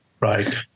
right